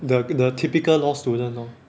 the the typical law student lor